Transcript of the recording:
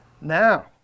Now